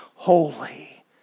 Holy